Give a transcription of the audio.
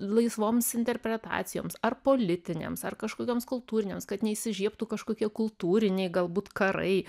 laisvoms interpretacijoms ar politinėms ar kažkokioms kultūrinėms kad neįsižiebtų kažkokie kultūriniai galbūt karai